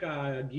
זה